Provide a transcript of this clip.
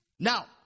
Now